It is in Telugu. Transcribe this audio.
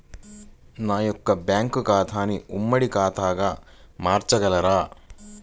నా యొక్క బ్యాంకు ఖాతాని ఉమ్మడి ఖాతాగా మార్చగలరా?